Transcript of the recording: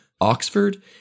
Oxford